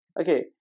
okay